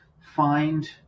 find